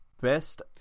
Best